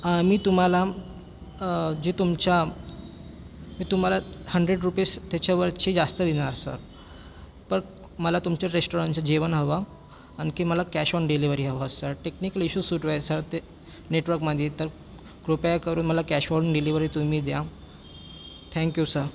आम्ही तुम्हाला जे तुमच्या मी तुम्हाला हंड्रेड रुपीज त्याच्यावरचे जास्त देणार सर पण मला तुमच्या रेस्टॉरंटचं जेवण हवं आणखी मला कॅश ऑन डिलेव्हरी हवं सर टेक्निकल इशू सुरु आहे सर ते नेटवर्कमध्ये तर कृपया करून मला कॅश ऑन डिलेव्हरी तुम्ही द्या थँक यू सर